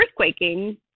earthquaking